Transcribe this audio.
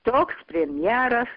toks premjeras